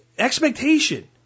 Expectation